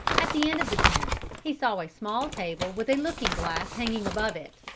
at the end of the tent he saw a small table with a looking-glass hanging above it,